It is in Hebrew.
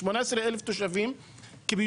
18,000 תושבים ואין להם ועדה מקומית.